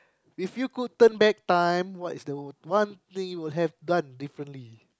if you could turn back time what is the one thing you would have done differently